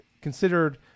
considered